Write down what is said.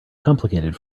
complicated